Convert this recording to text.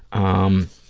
um,